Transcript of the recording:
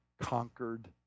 conquered